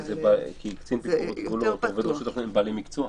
כי קצין ביקורת גבולות או עובדי רשות אחרים הם בעלי מקצוע.